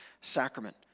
sacrament